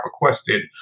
requested